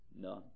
none